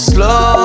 Slow